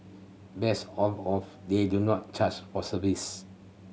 best of all they do not charge for service